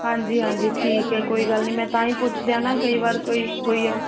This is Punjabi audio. ਹਾਂਜੀ ਹਾਂਜੀ ਠੀਕ ਹੈ ਕੋਈ ਗੱਲ ਨਹੀਂ ਮੈਂ ਤਾਂ ਹੀ ਪੁੱਛ ਲਿਆ ਨਾ ਕਈ ਵਾਰ ਕੋਈ ਕੋਈ